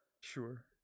sure